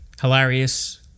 hilarious